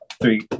three